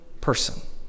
person